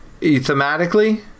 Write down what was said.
Thematically